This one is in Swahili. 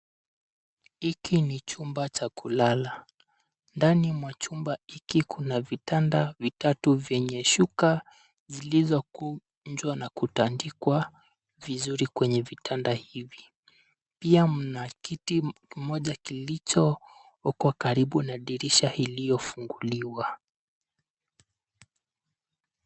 Hiki ni chumba cha kulala. Ndani mwa chumba hiki kuna vitanda vitatu vyenye shuka zilizokunjwa na kutandikwa vizuri kwenye vitanda hivi. Pia mna kiti moja kilichoko karibu na dirisha iliyofunguliwa.